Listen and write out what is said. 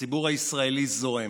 הציבור הישראלי זועם.